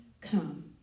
come